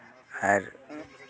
ᱟᱨ